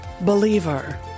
believer